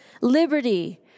Liberty